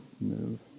move